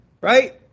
right